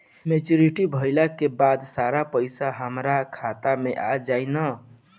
Maturity भईला के बाद सारा पईसा हमार खाता मे आ जाई न?